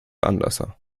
anlasser